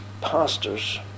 pastors